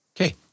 Okay